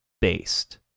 based